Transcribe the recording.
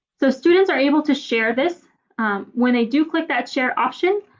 so students are able to share this when they do click that share option.